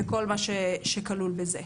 וכל מה שכלול בזה.